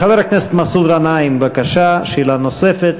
חבר הכנסת מסעוד גנאים, בבקשה, שאלה נוספת.